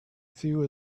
few